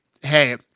hey